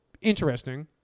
interesting